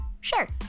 Sure